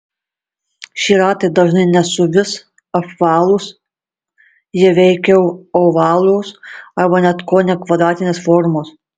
šie ratai dažnai ne suvis apvalūs jie veikiau ovalios arba net kone kvadratinės formos